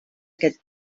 aquest